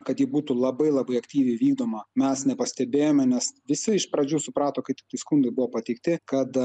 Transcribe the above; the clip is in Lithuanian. kad ji būtų labai labai aktyviai vykdoma mes nepastebėjome nes visi iš pradžių suprato kai tiktai skundai buvo pateikti kad